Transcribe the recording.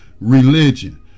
religion